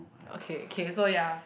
okay okay so ya